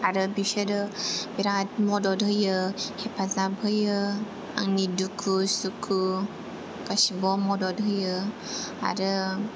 आरो बिसोरो बिरात मदद होयो हेफाजाब होयो आंनि दुखु सुखु गासैबो आव मदद होयो आरो